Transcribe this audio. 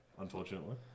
unfortunately